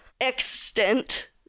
extent